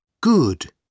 Good